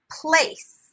place